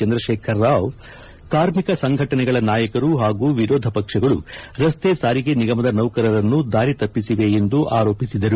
ಚಂದ್ರಶೇಖರ್ ರಾವ್ ಕಾರ್ಮಿಕ ಸಂಘಟನೆಗಳ ನಾಯಕರು ಹಾಗೂ ವಿರೋಧಪಕ್ಷಗಳು ರಸ್ತೆ ಸಾರಿಗೆ ನಿಗಮದ ನೌಕರರನ್ನು ದಾರಿತಪ್ಪಿಸಿವೆ ಎಂದು ಆರೋಪಿಸಿದರು